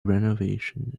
renovation